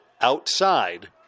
outside